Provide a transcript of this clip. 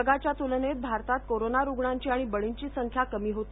जगाच्या तुलनेत भारतात कोरोना रुग्णांची आणि बळींची संख्या कमी होती